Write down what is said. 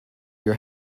your